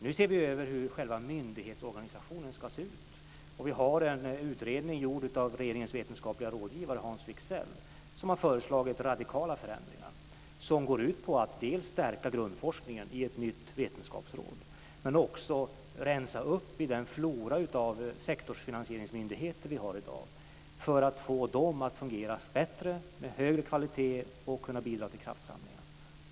Nu ser vi över hur själva myndighetsorganisationen ska se ut, och vi har en utredning gjord av regeringens vetenskaplige rådgivare Hans Wigzell, som har föreslagit radikala förändringar. De går ut på att dels stärka grundforskningen i ett nytt vetenskapsråd, dels rensa upp i den flora av sektorsfinansieringsmyndigheter vi har i dag, för att få dem att fungera bättre, med högre kvalitet, och kunna bidra till kraftsamlingarna.